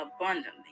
abundantly